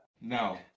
No